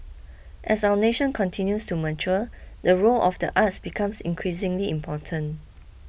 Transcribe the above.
as our nation continues to mature the role of the arts becomes increasingly important